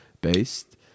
based